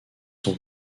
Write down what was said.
son